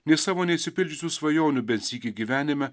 nei savo neišsipildžiusių svajonių bent sykį gyvenime